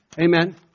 Amen